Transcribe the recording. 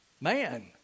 man